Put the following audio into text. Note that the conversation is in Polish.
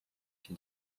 się